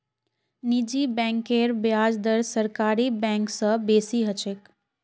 निजी बैंकेर ब्याज दर सरकारी बैंक स बेसी ह छेक